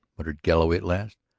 muttered galloway at last,